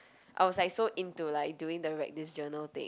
I was like so into like doing the write this journal thing